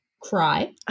cry